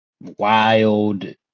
wild